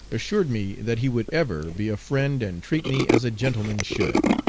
assured me that he would ever be a friend and treat me as a gentleman should.